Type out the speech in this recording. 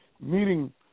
meeting